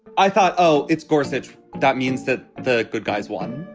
i thought, oh, it's gorsuch. that means that the good guys won.